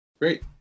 great